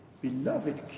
beloved